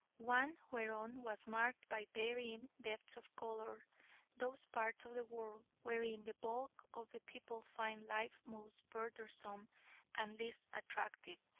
one whereon was marked by varying depths of colour those parts of the world wherein the bulk of the people find life most burthensome and least attractive,